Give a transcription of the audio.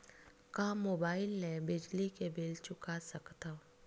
का मुबाइल ले बिजली के बिल चुका सकथव?